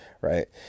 Right